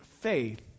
faith